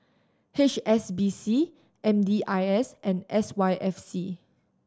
H S B C M D I S and S Y F C